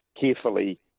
carefully